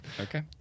Okay